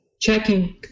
checking